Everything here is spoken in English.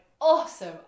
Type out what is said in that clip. awesome